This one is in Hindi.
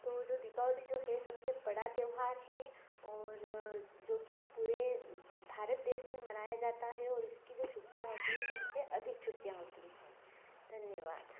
तो वो जो दीपावली जो है सबसे बड़ा त्योहार है और जो कि पूरे भारत देश में मनाया ज़ाता है और इसकी जो छुट्टियाँ होती हैं सबसे अधिक छुट्टियाँ होती हैं धन्यवाद